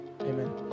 amen